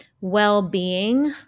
well-being